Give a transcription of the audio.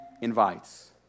invites